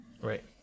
Right